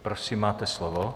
Prosím, máte slovo.